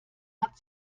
hat